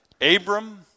Abram